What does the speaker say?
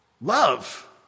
Love